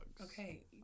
Okay